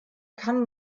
kann